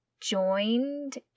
Joined